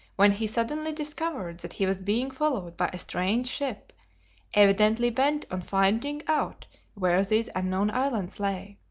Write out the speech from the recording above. when he suddenly discovered that he was being followed by a strange ship evidently bent on finding out where these unknown islands lay.